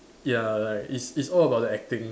ya like it's it's all about the acting